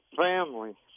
family